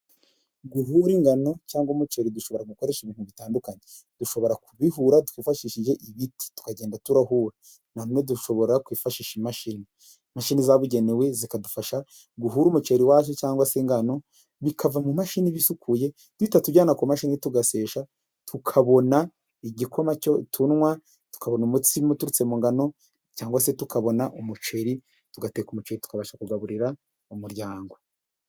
Guhura ingano cyangwa umuceri dushobora gukoresha ibintu bitandukanye, dushobora kubihura twifashishije igiti tukagenda turahura, nanone dushobora kwifashisha imashini. Imashini zabugenewe zikadufasha guhura umuceri wacu cyangwa se ingano, bikava mu mashini bisukuye, duhita tujyana ku mashini tugashesha, tukabona igikoma tunywa, tukabona umutsima uturutse mu ngano cyangwa se tukabona umuceri, tugateka umuceri tukabasha kugaburira umuryango.